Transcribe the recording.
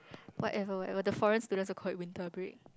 whatever whatever the foreign students will call it winter break